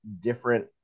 different